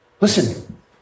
Listen